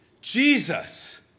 Jesus